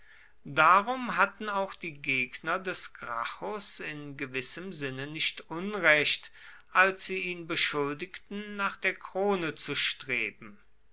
darum hatten auch die gegner des gracchus in gewissem sinne nicht unrecht als sie ihn beschuldigten nach der krone zu streben